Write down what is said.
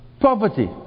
Poverty